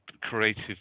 creative